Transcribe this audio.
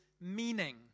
meaning